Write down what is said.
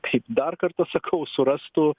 kaip dar kartą sakau surastų